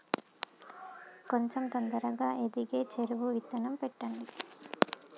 కొంచం తొందరగా ఎదిగే చెరుకు విత్తనం చెప్పండి?